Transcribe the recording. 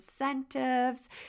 incentives